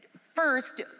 first